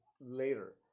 later